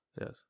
yes